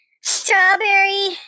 strawberry